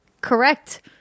Correct